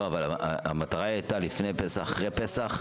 לא, אבל המטרה הייתה לפני פסח-אחרי פסח.